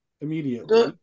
immediately